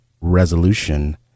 resolution